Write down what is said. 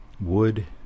Wood